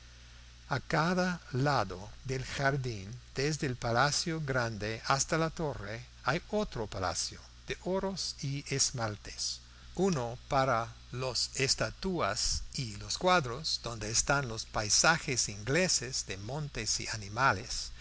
a cada lado del jardín desde el palacio grande hasta la torre hay otro palacio de oros y esmaltes uno para las estatuas y los cuadros donde están los paisajes ingleses de montes y animales